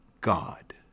God